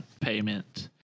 payment